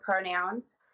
pronouns